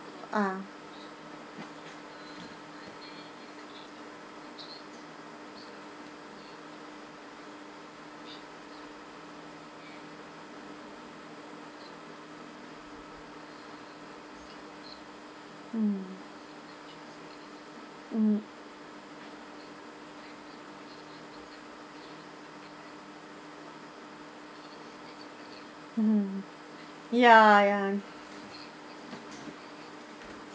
ah mm mm mmhmm ya ya